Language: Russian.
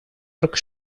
йорк